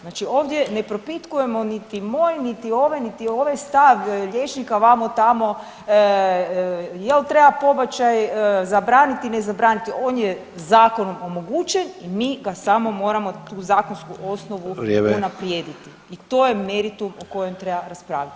Znači ovdje ne propitkujemo niti moj, niti ovaj, niti ovaj stav liječnika vamo tamo jel treba pobačaj zabraniti, ne zabraniti, on je zakonom omogućen i mi ga samo moramo tu zakonsku osnovu [[Upadica Sanader: Vrijeme.]] unaprijediti i to je meritum o kojem treba raspravljati.